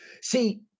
See